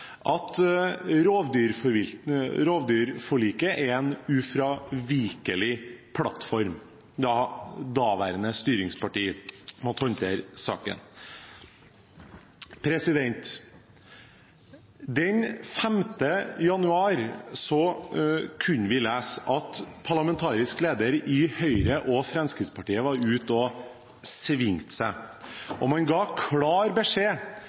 – at rovdyrforliket er en ufravikelig plattform – da daværende styringsparti måtte håndtere saken. Den 5. januar kunne vi lese at de parlamentariske lederne i Høyre og Fremskrittspartiet var ute og svingte seg, og man ga klar beskjed